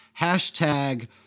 Hashtag